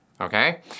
okay